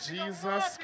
Jesus